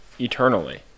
eternally